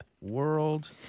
World